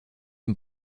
und